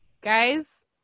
guys